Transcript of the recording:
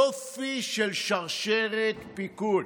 יופי של שרשרת פיקוד.